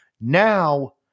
now